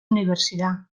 universidad